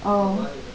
oh